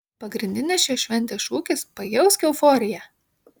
pagrindinis šios šventės šūkis pajausk euforiją